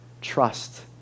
trust